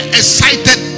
excited